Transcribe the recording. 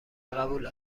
قبول